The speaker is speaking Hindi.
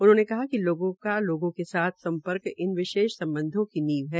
उन्होंने कहा कि लोगों का लोगों के साथ सम्पर्क इन विशेष सम्बधों की नींव है